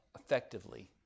effectively